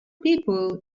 people